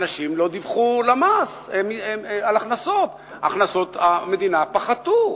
אנשים לא דיווחו על הכנסות, הכנסות המדינה פחתו,